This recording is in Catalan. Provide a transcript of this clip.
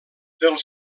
del